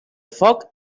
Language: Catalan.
foc